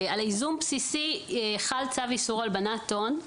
על ייזום בסיסי חל צו איסור הלבנת הון.